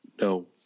No